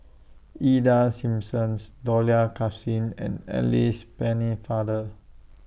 Ida Simmons Dollah Kassim and Alice Pennefather